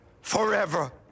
forever